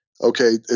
Okay